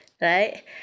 Right